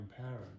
parent